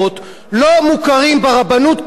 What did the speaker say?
לא מוכרים ברבנות כיהודים,